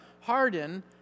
harden